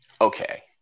Okay